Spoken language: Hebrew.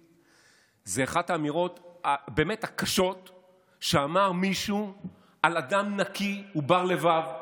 זה אחת האמירות הקשות באמת שאמר מישהו על אדם נקי ובר-לבב,